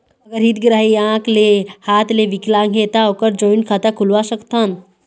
अगर हितग्राही आंख ले हाथ ले विकलांग हे ता ओकर जॉइंट खाता खुलवा सकथन?